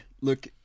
look